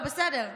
בסדר.